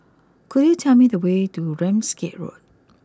could you tell me the way to Ramsgate Road